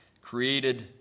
created